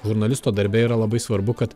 žurnalisto darbe yra labai svarbu kad